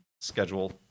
schedule